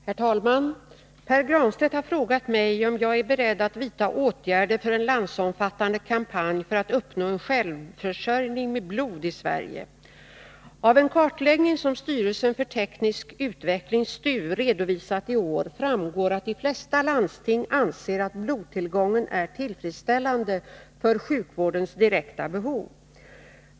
Herr talman! Pär Granstedt har frågat mig om jag är beredd att vidta åtgärder för en landsomfattande kampanj för att uppnå en självförsörjning med blod i Sverige. 31 Av en kartläggning som styrelsen för teknisk utveckling redovisat i år framgår att de flesta landsting anser att blodtillgången är tillfredsställande för sjukvårdens direkta behov.